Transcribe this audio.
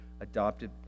adopted